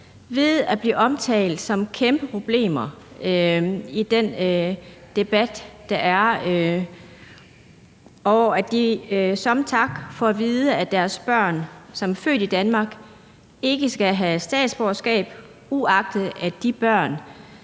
ved at blive omtalt som kæmpeproblemer i den debat, der er, og at de som tak får at vide, at deres børn, som er født i Danmark, ikke skal have statsborgerskab, uagtet at de børn